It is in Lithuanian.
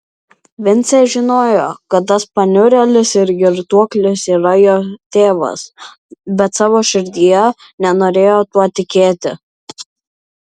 vincė žinojo kad tas paniurėlis ir girtuoklis yra jo tėvas bet savo širdyje nenorėjo tuo tikėti